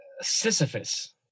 Sisyphus